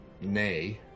nay